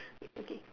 ya okay